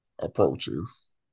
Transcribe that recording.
approaches